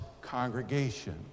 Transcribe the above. congregation